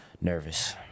Nervous